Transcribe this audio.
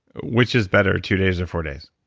which is better, two days or four days?